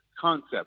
concept